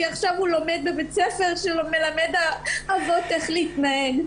עכשיו הוא לומד בבית ספר שמלמד אבות איך להתנהג.